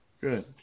Good